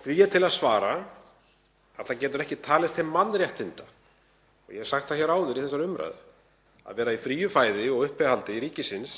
Því er til að svara að það getur ekki talist til mannréttinda, og ég hef sagt það áður í þessari umræðu, að vera í fríu fæði og á uppihaldi ríkisins